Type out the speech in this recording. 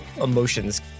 emotions